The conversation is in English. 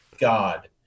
god